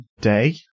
day